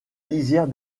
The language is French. lisière